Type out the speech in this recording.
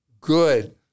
good